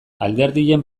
alderdien